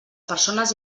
persones